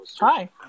Hi